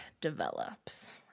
develops